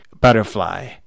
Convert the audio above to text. butterfly